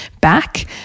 back